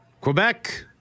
Quebec